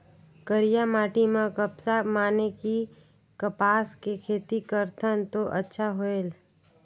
करिया माटी म कपसा माने कि कपास के खेती करथन तो अच्छा होयल?